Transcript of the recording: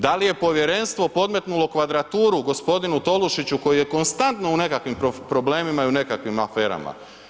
Da li je povjerenstvo podmetnulo kvadraturu g. Tolušiću koji je konstantno u nekakvim problemima i u nekakvim aferama?